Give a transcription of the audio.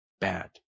bad